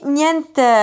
niente